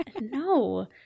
No